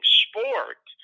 sport